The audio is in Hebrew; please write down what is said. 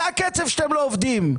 זה הקצב שאתם לא עובדים.